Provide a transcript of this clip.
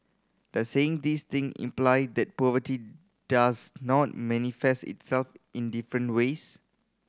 does saying these thing imply that poverty does not manifest itself in different ways